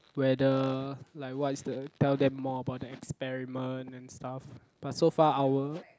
whether like what is the tell them more about the experiment and stuff but so far our